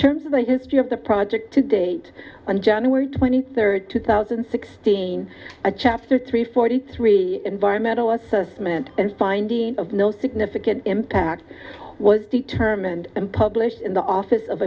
terms of the history of the project to date on january twenty third two thousand and sixteen a chapter three forty three environmental cement and finding of no significant impact was determined and published in the office of